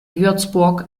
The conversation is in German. würzburg